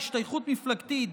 השתייכות מפלגתית,